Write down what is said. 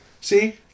See